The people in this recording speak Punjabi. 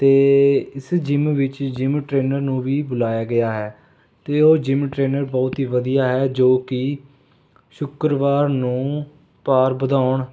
ਅਤੇ ਇਸ ਜਿਮ ਵਿੱਚ ਜਿਮ ਟ੍ਰੇਨਰ ਨੂੰ ਵੀ ਬੁਲਾਇਆ ਗਿਆ ਹੈ ਅਤੇ ਉਹ ਜਿਮ ਟ੍ਰੇਨਰ ਬਹੁਤ ਹੀ ਵਧੀਆ ਹੈ ਜੋ ਕਿ ਸ਼ੁੱਕਰਵਾਰ ਨੂੰ ਭਾਰ ਵਧਾਉਣ